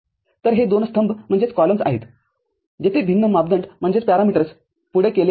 तर हे दोन स्तंभ आहेत जिथे भिन्न मापदंड पुढे केले गेले आहेत